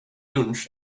lunch